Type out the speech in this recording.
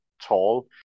Tall